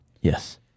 Yes